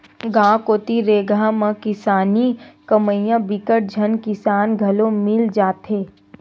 गाँव कोती रेगहा म किसानी कमइया बिकट झन किसान घलो मिल जाथे